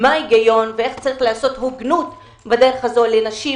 ואיך לעשות הוגנות בדרך הזו לנשים,